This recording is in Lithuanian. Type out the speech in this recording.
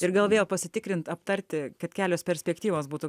ir gal vėl pasitikrint aptarti kad kelios perspektyvos būtų